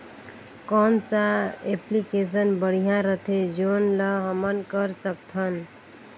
कौन सा एप्लिकेशन बढ़िया रथे जोन ल हमन कर सकथन?